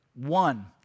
One